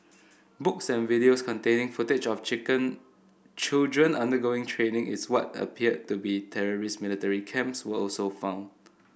books and videos containing footage of chicken children undergoing training is what appeared to be terrorist military camps were also found